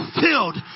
filled